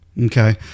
Okay